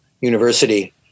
University